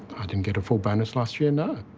i didn't get a full bonus last year, no.